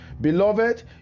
Beloved